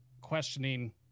questioning